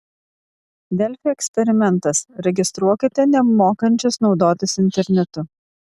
delfi eksperimentas registruokite nemokančius naudotis internetu